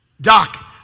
Doc